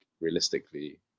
realistically